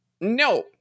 No